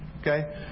Okay